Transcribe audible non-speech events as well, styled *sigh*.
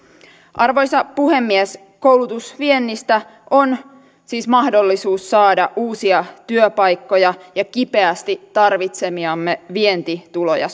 arvoisa puhemies koulutusviennistä on siis mahdollisuus saada uusia työpaikkoja ja kipeästi tarvitsemiamme vientituloja *unintelligible*